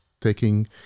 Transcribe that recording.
taking